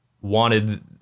wanted